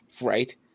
Right